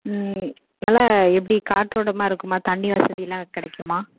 ம் நல்லா எப்படி காற்றோட்டமாக இருக்குமா தண்ணி வசதியெலாம் கிடைக்குமா